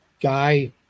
guy